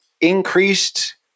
increased